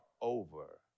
over